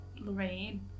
Lorraine